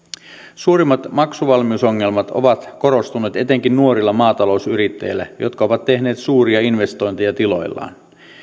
suurimmat maksuvalmiusongelmat ovat korostuneet etenkin nuorilla maatalousyrittäjillä jotka ovat tehneet suuria investointeja tiloillaan